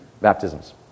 Baptisms